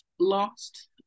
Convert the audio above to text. lost